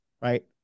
right